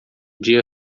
dia